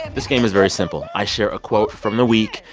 this game is very simple. i share a quote from the week.